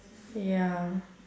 ya